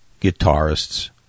guitarists